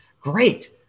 great